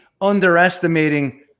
underestimating